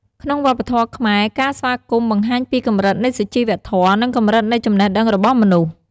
ក្នុងវប្បធម៌ខ្មែរការស្វាគមន៍ បង្ហាញពីកម្រិតនៃសុជីវធម៌ និងកម្រិតនៃចំណេះដឹងរបស់មនុស្ស។